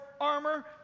armor